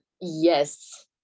yes